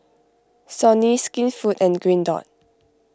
Sony Skinfood and Green Dot